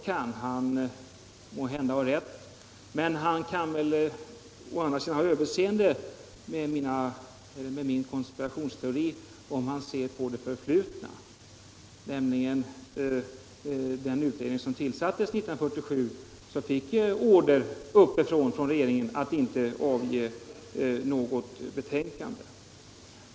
Han kan måhända ha rätt, men han kan väl å andra sidan ha överseende med min konspirationsteori, om han ser på det förflutna. Den utredning som tillsattes 1967 fick nämligen order uppifrån, från regeringen, att inte avge något betänkande.